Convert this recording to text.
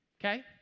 Okay